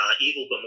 Evil